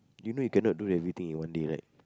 you know you cannot do everything in one day right